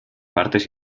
partes